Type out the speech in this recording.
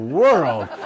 world